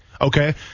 Okay